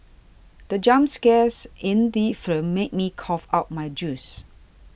the jump scares in the film made me cough out my juice